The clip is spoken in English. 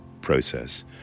process